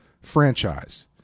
franchise